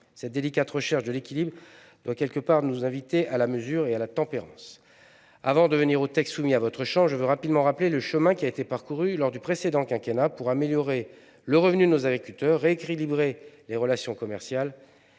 Cette délicate recherche de l'équilibre doit nous inviter tous à la mesure et à la tempérance. Avant d'en venir au texte soumis à votre chambre, je veux rapidement rappeler le chemin qui a été parcouru lors du quinquennat précédent pour améliorer le revenu de nos agriculteurs, rééquilibrer les relations commerciales